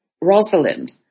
Rosalind